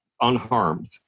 unharmed